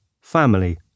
family